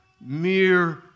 mere